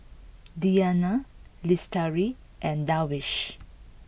Diyana Lestari and Darwish